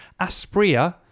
Aspria